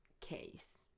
Case